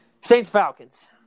Saints-Falcons